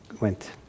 went